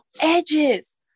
edges